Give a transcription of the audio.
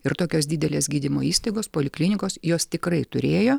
ir tokios didelės gydymo įstaigos poliklinikos jos tikrai turėjo